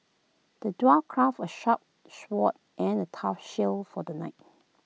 the dwarf crafted A sharp sword and A tough shield for the knight